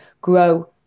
grow